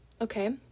okay